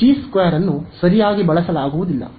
G 2 ಅನ್ನು ಸರಿಯಾಗಿ ಬಳಸಲಾಗುವುದಿಲ್ಲ